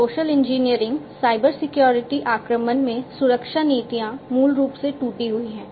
social हैं